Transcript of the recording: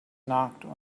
knocked